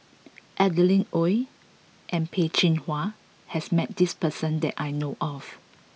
Adeline Ooi and Peh Chin Hua has met this person that I know of